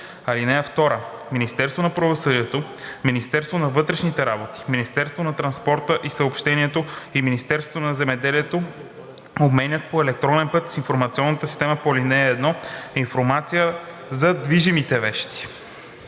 ал. 6. (2) Министерството на правосъдието, Министерството на вътрешните работи, Министерството на транспорта и съобщенията и Министерството на земеделието обменят по електронен път с информационната система по ал. 1 информация за движимите вещи,